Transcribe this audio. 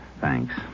Thanks